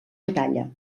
batalla